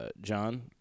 John